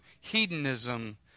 hedonism